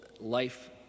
life